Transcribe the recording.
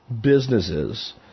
businesses